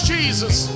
Jesus